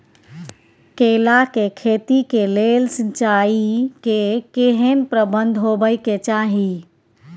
केला के खेती के लेल सिंचाई के केहेन प्रबंध होबय के चाही?